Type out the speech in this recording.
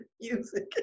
music